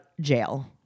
jail